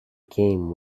game